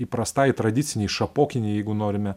įprastai tradicinei šapokinei jeigu norime